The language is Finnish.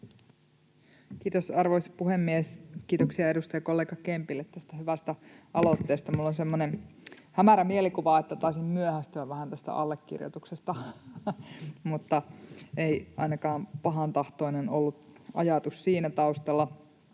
Kiitos, arvoisa puhemies! Kiitoksia edustajakollega Kempille tästä hyvästä aloitteesta. Minulla on semmoinen hämärä mielikuva, että taisin myöhästyä vähän tästä allekirjoituksesta — mutta ei ainakaan pahantahtoinen ajatus ollut siinä taustalla.